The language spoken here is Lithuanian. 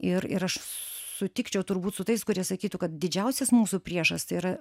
ir ir aš sutikčiau turbūt su tais kurie sakytų kad didžiausias mūsų priešas tai yra